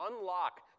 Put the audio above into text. unlock